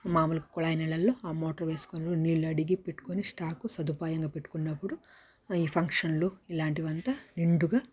మామూలుగా కుళాయి నీళ్ళల్లో ఆ మోటర్ వేసుకొని నీళ్ళు అడిగి పెట్టుకొని స్టాక్ సదుపాయంగా పెట్టుకున్నప్పుడు ఈ ఫంక్షన్లు ఇలాంటి వంతా నిండుగా